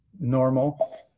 normal